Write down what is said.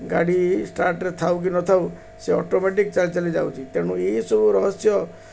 ଗାଡ଼ି ଷ୍ଟାର୍ଟ୍ରେ ଥାଉ କି ନଥାଉ ସେ ଅଟୋମେଟିକ୍ ଚାଲି ଚାଲି ଯାଉଛି ତେଣୁ ଏହି ସବୁ ରହସ୍ୟ